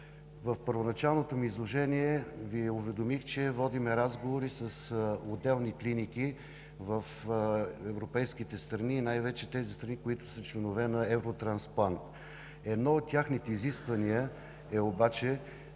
В първоначалното ми изложение Ви уведомих, че водим разговори с отделни клиники в европейските страни и най-вече в тези страни, които са членове на „Евротрансплант“. Едно от техните изисквания обаче